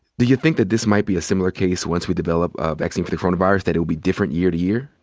do you think that this might be a similar case once we develop a vaccine for the coronavirus, that it will different year to year?